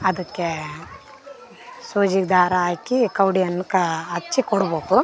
ಅದಕ್ಕೆ ಸೂಜಿ ದಾರ ಹಾಕಿ ಕವ್ಡೆನ ಕಾ ಹಚ್ಚಿ ಕೊಡ್ಬೇಕು